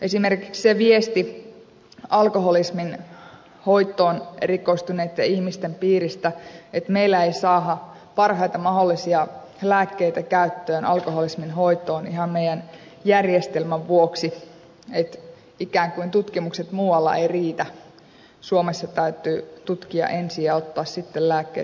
esimerkiksi alkoholismin hoitoon erikoistuneitten ihmisten piiristä tulee viestiä että meillä ei saada parhaita mahdollisia lääkkeitä käyttöön alkoholismin hoitoon ihan meidän järjestelmämme vuoksi että ikään kuin tutkimukset muualla eivät riitä suomessa täytyy tutkia ensin ja ottaa sitten lääkkeet käyttöön